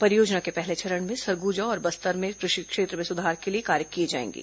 परियोजना के पहले चरण में सरगुजा और बस्तर में कृषि क्षेत्र में सुधार के लिए कार्य किए जाएंगे